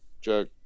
check